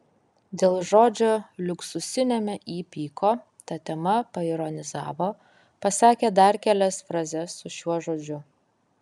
dėl žodžio liuksusiniame įpyko ta tema paironizavo pasakė dar kelias frazes su šiuo žodžiu